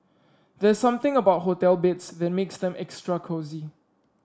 there's something about hotel beds that makes them extra cosy